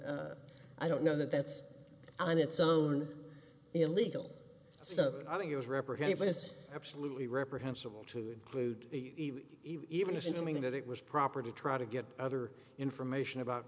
sermon i don't know that that's on its own illegal so i think it was reprehensible is absolutely reprehensible to include even assuming that it was proper to try to get other information about